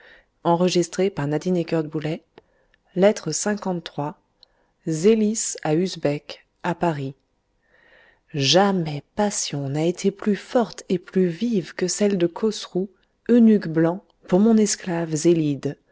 de la lettre liii zélis à usbek à paris j amais passion n'a été plus forte et plus vive que celle de cosrou eunuque blanc pour mon esclave zélide